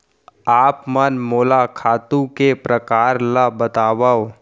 आप मन मोला खातू के प्रकार ल बतावव?